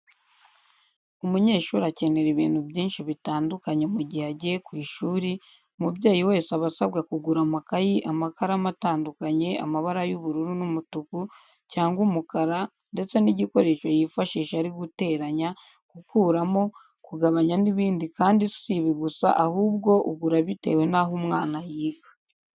Umunyeshuri akenera ibintu byinshi bitandukanye mu gihe agiye ku ishuri, umubyeyi wese aba asabwa kugura amakayi, amakaramu atandukanyije amabara ay'ubururu n'umutuku cyangwa umukara ndetse n'igikoresho yifashisha ari guteranya, gukuramo, kugabanya n'ibindi kandi si ibi gusa ahubwo ugura bitewe n'aho umwana yiga.